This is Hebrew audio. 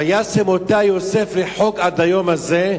וישם אותה יוסף לחוק עד היום הזה,